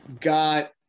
got